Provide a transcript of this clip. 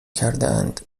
کردهاند